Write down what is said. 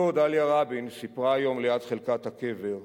בתו, דליה רבין, סיפרה היום, ליד חלקת הקבר,